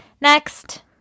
Next